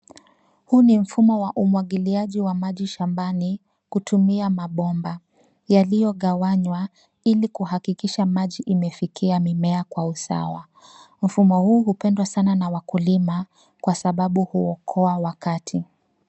Huu ni mfumo wa umwagiliaji wa maji shambani kutumia mabomba yaliyogawanywa ili kuhakikisha maji imefikia mimea kwa usawa. Mfumo huu hupendwa sana na wakulima kwa sababu huokoa wakati.